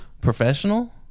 Professional